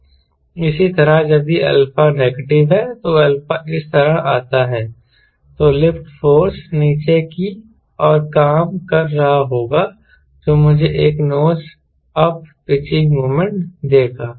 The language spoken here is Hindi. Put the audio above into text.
इसी तरह यदि अल्फा नेगेटिव है तो α इस तरह आता है तो लिफ्ट फोर्से नीचे की ओर काम कर रहा होगा जो मुझे एक नोज अप पिचिंग मोमेंट देगा